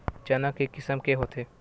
चना के किसम के होथे?